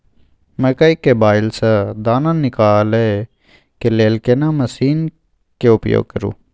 मकई के बाईल स दाना निकालय के लेल केना मसीन के उपयोग करू?